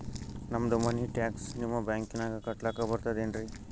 ನಮ್ದು ಮನಿ ಟ್ಯಾಕ್ಸ ನಿಮ್ಮ ಬ್ಯಾಂಕಿನಾಗ ಕಟ್ಲಾಕ ಬರ್ತದೇನ್ರಿ?